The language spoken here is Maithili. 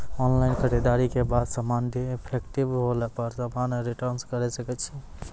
ऑनलाइन खरीददारी के बाद समान डिफेक्टिव होला पर समान रिटर्न्स करे सकय छियै?